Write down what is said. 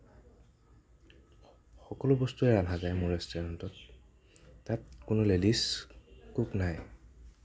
সকলো বস্তুৱেই ৰন্ধা যায় মোৰ ৰেষ্টুৰেণ্টত তাত কোনো লেডিজ কুক নাই